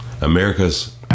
America's